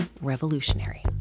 revolutionary